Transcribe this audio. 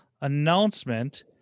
announcement